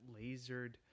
lasered